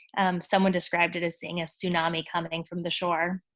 and someone described it as seeing a tsunami coming in from the shore.